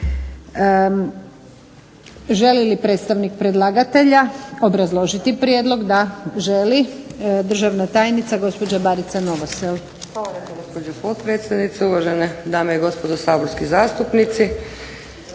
Želi li predstavnik predlagatelja obrazložiti prijedlog? Da, želi. Državna tajnica gospođa Barica Novosel.